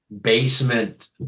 basement